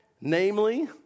Namely